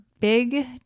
big